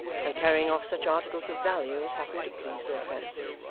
and carrying off such articles of value as happened to please their fancy.